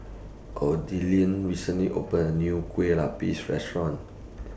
recently opened A New Kue Lupis Restaurant